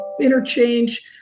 interchange